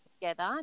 together